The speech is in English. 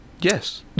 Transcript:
Yes